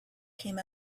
came